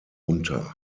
unter